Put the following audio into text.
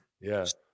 Yes